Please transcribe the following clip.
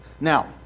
Now